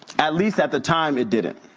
at least at the time, it didn't.